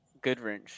Goodwrench